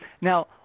Now